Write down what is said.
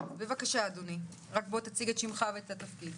בבקשה, אדוני, רק תציג את שמך ואת התפקיד.